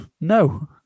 no